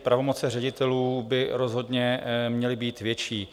Pravomoci ředitelů by rozhodně měly být větší.